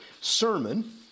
sermon